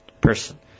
person